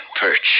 perch